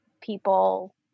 people